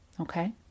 Okay